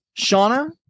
Shauna